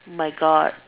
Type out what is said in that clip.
my God